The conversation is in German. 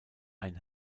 ein